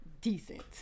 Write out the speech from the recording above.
decent